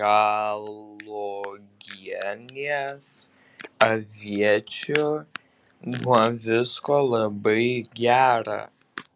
gal uogienės aviečių nuo visko labai gera